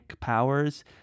powers